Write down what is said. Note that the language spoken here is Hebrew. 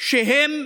שהם